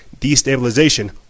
destabilization